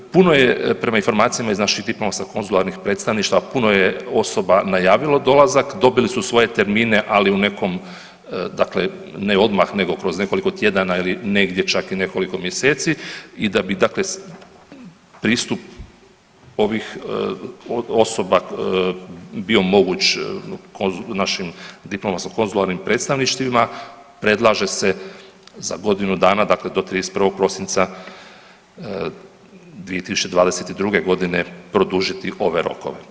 Puno je, prema informacijama iz naših diplomatskih konzularnih predstavništva, puno je osoba najavilo dolazak, dobili su svoje termine, ali u nekom dakle ne odmah nego kroz nekoliko tjedana ili negdje čak i nekoliko mjeseci i da bi dakle pristup ovih osoba bio moguć našim diplomatsko-konzularnim predstavništvima, predlaže se za godinu dana, dakle do 31. prosinca 2022. g. produžiti ove rokove.